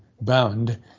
bound